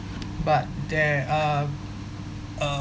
but there are uh